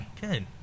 Good